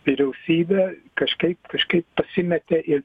vyriausybė kažkaip kažkaip pasimetė ir